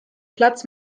platz